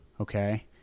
okay